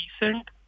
recent